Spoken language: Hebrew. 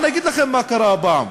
אני אגיד לכם מה קרה הפעם.